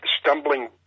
stumbling